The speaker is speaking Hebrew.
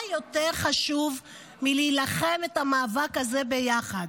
מה יותר חשוב מלהילחם את המאבק הזה יחד?